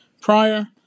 prior